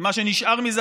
שמה שנשאר מזה,